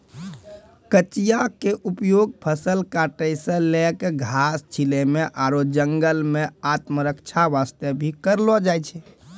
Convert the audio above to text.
कचिया के उपयोग फसल काटै सॅ लैक घास छीलै म आरो जंगल मॅ आत्मरक्षा वास्तॅ भी करलो जाय छै